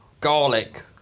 Garlic